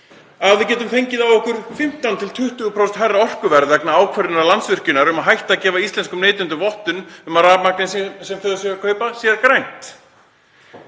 að við getum fengið á okkur 15–20% hærra orkuverð vegna ákvörðunar Landsvirkjunar um að hætta að gefa íslenskum neytendum vottun um að rafmagnið sem þeir séu að kaupa sé grænt.